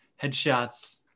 headshots